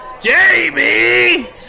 Jamie